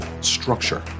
structure